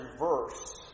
reverse